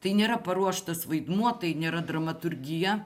tai nėra paruoštas vaidmuo tai nėra dramaturgija